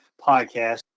podcast